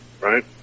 right